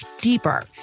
deeper